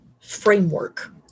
framework